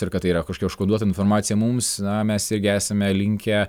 ir kad tai yra kažkokia užkoduota informacija mums na mes irgi esame linkę